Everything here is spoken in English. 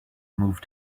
move